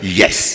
yes